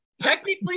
Technically